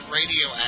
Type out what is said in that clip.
radio